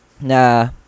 Nah